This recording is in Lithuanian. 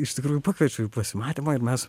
iš tikrųjų pakviečiau į pasimatymą ir mes